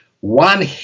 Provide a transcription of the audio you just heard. one